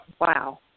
Wow